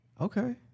Okay